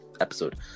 episode